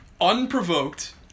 unprovoked